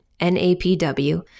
NAPW